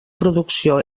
producció